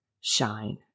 shine